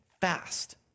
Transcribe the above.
fast